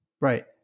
Right